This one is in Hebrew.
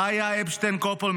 חיה אפשטיין קופול,